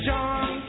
John